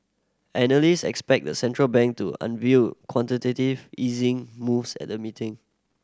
analyst expect the central bank to unveil quantitative easing moves at the meeting